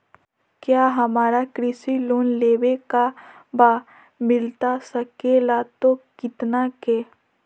क्या हमारा कृषि लोन लेवे का बा मिलता सके ला तो कितना के?